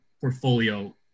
portfolio